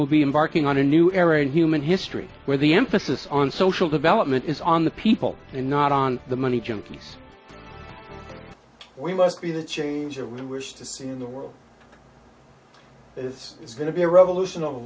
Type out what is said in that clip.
will be embarking on a new era in human history where the emphasis on social development is on the people and not on the money junkies we must be the change a real wish to see in the world this is going to be a revolution of